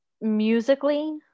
musically